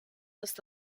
was